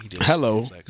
Hello